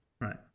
Right